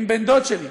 עם בן דוד שלי,